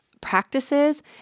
practices